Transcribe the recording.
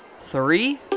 three